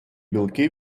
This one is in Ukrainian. білки